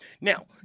Now